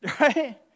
right